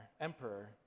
emperor